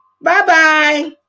Bye-bye